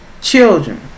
children